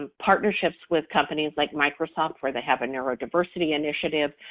ah partnerships with companies like microsoft where they have a neurodiversity initiative.